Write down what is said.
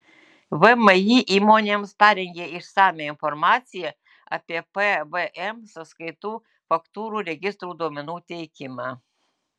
vmi įmonėms parengė išsamią informaciją apie pvm sąskaitų faktūrų registrų duomenų teikimą